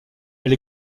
elle